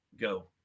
Go